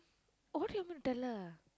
what you want me to tell her